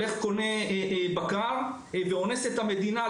יוכל לקנות מרעה ואז לאנוס את המדינה,